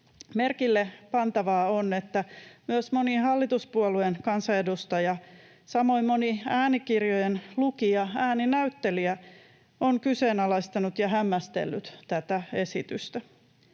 Merkille pantavaa on, että myös moni hallituspuolueen kansanedustaja, samoin moni äänikirjojen lukija, ääninäyttelijä, on kyseenalaistanut ja hämmästellyt tätä esitystä.